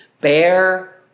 Bear